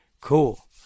cool